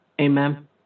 Amen